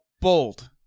Bold